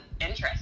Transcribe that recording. interest